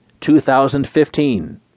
2015